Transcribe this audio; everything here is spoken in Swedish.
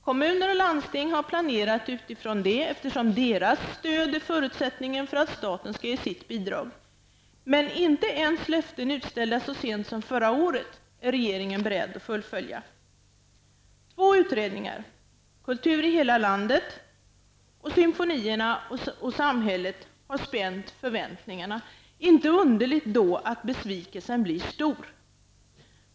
Kommuner och landsting har planerat utifrån det, eftersom deras stöd är förutsättningen för att staten skall ge sitt bidrag. Men inte ens löften utställda så sent som förra året är regeringen beredd att fullfölja. ''Symfonierna och samhället'' har spänt förväntningarna. Inte underligt då att besvikelsen blir stor.